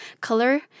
color